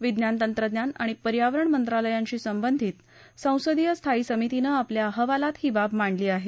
विज्ञान तंत्रज्ञान आणि पर्यावरण मंत्रालयांशी संबंधित संसदीय स्थायी समितीनं आपल्या अहवालात ही बाब मांडली आहे